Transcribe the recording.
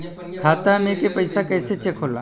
खाता में के पैसा कैसे चेक होला?